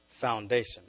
foundation